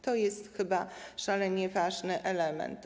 To jest chyba szalenie ważny element.